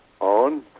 on